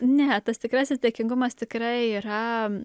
ne tas tikrasis dėkingumas tikrai yra